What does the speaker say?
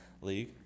league